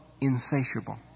insatiable